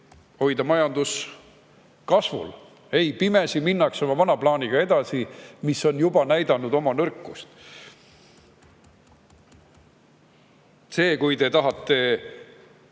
hoida majandust kasvul. Ei, pimesi minnakse edasi oma vana plaaniga, mis on juba näidanud oma nõrkust. Selles, kui te tahate